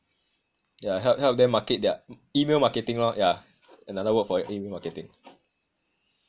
yah help help them market their email marketing lor yah another word for email marketing